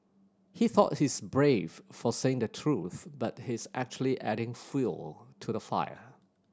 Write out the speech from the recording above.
he thought he's brave for saying the truth but he's actually adding fuel to the fire